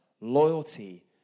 loyalty